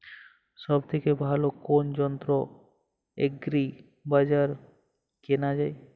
সব থেকে ভালো কোনো যন্ত্র এগ্রি বাজারে কেনা যায়?